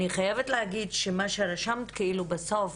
אני חייבת להגיד שמה שרשמת בסוף,